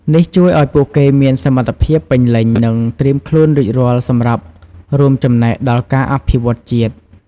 នេះជួយឲ្យពួកគេមានសមត្ថភាពពេញលេញ និងត្រៀមខ្លួនរួចរាល់សម្រាប់រួមចំណែកដល់ការអភិវឌ្ឍជាតិ។